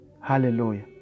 Hallelujah